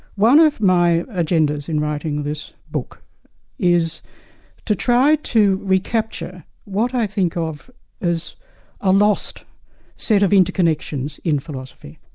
one of my agendas in writing this book is to try to recapture what i think of as a lost set of interconnections in philosophy,